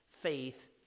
faith